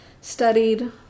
studied